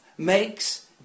makes